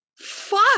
fuck